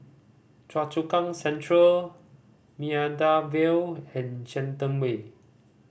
Choa Chu Kang Central Maida Vale and Shenton Way